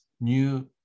new